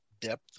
Depth